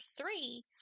three